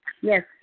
Yes